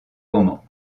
romans